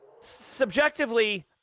Subjectively